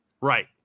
Right